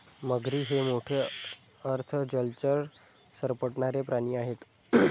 मगरी हे मोठे अर्ध जलचर सरपटणारे प्राणी आहेत